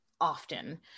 often